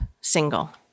single